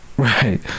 Right